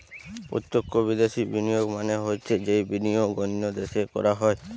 প্রত্যক্ষ বিদ্যাশি বিনিয়োগ মানে হৈছে যেই বিনিয়োগ অন্য দেশে করা হয়